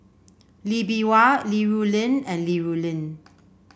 Lee Bee Wah Li Rulin and Li Rulin